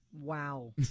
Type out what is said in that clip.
wow